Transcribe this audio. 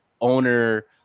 owner